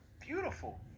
beautiful